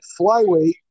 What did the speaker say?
Flyweight